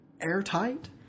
airtight